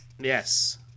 Yes